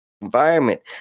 environment